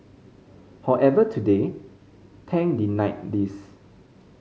however today Tang denied these